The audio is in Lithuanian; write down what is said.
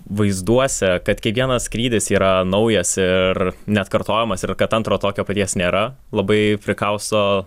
vaizduose kad kiekvienas skrydis yra naujas ir neatkartojamas ir kad antro tokio paties nėra labai prikausto